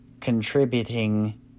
contributing